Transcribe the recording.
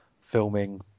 filming